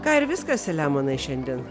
ką ir viskas selemonai šiandien